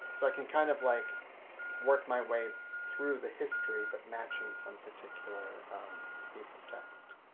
so i can kind of like work my way through the history but matching some particular piece of text.